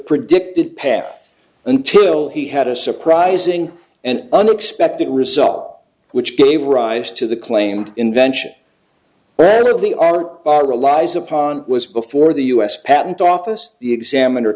predicted path until he had a surprising and unexpected result which gave rise to the claimed invention wherever they are relies upon was before the u s patent office the examiner